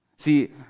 See